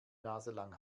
naselang